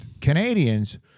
Canadians